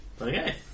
Okay